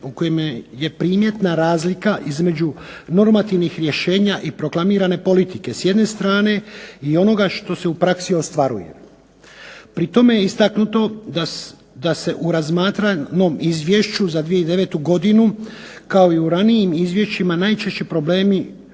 u kojima je primjetna razlika između normativnih rješenja i proklamirane politike s jedne strane i onoga što se u praksi ostvaruje. Pri tome je istaknuto da su u razmatranom izvješću za 2009. godinu kao i u ranijim izvješćima najčešće problemi